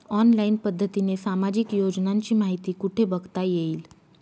Online पद्धतीने सामाजिक योजनांची माहिती कुठे बघता येईल?